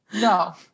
No